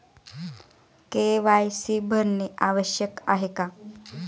KYC भरणे आवश्यक आहे का?